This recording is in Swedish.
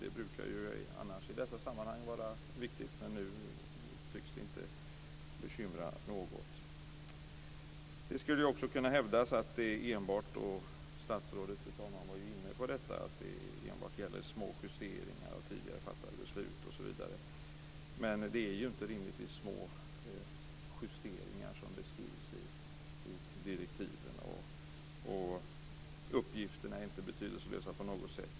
Det brukar ju annars vara viktigt i dessa sammanhang. Nu tycks det inte bekymra något. Statsrådet var, fru talman, inne på att det enbart gäller små justeringar av tidigare fattade beslut osv. Det skulle kunna hävdas att det är så, men det är rimligtvis inte små justeringar som beskrivs i direktiven. Uppgifterna är inte betydelselösa på något sätt.